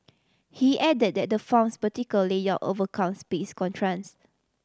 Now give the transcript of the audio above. he added that the farm's vertical layout overcomes space constraints